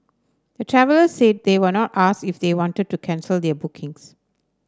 the travellers said they were not asked if they wanted to cancel their bookings